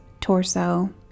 torso